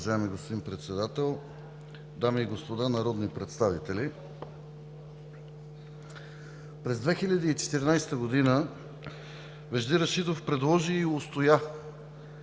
През 2014 г. Вежди Рашидов предложи и отстоя